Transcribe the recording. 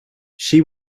she